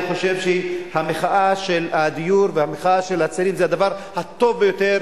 אני חושב שהמחאה של הדיור והמחאה של הצעירים זה הדבר הטוב ביותר